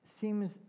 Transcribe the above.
seems